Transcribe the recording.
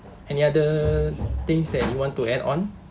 any other things that you want to add on